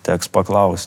teks paklaust